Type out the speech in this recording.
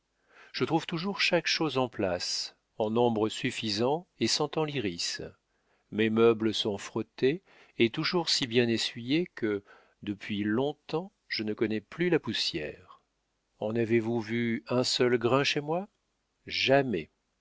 je trouve toujours chaque chose en place en nombre suffisant et sentant l'iris mes meubles sont frottés et toujours si bien essuyés que depuis long-temps je ne connais plus la poussière en avez-vous vu un seul grain chez moi jamais